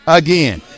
again